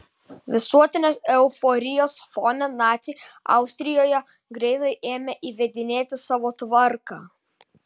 visuotinės euforijos fone naciai austrijoje greitai ėmė įvedinėti savo tvarką